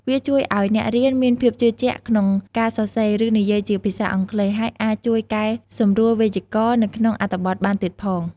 វាជួយអោយអ្នករៀនមានភាពជឿជាក់ក្នុងការសរសេរ ឬនិយាយជាភាសាអង់គ្លេស ហើយអាចជួយកែសម្រួលវេយ្យាករណ៍នៅក្នុងអត្ថបទបានទៀតផង។